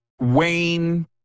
Wayne